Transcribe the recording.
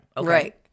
right